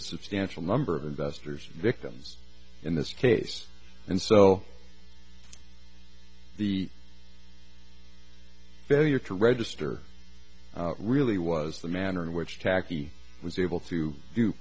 a substantial number of investors victims in this case and so the failure to register really was the manner in which taxi was able to do